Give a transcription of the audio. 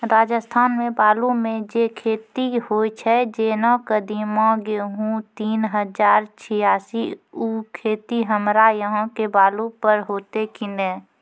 राजस्थान मे बालू मे जे खेती होय छै जेना कदीमा, गेहूँ तीन हजार छियासी, उ खेती हमरा यहाँ के बालू पर होते की नैय?